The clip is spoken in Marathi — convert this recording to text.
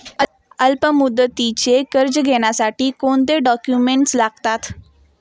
अल्पमुदतीचे कर्ज घेण्यासाठी कोणते डॉक्युमेंट्स लागतात?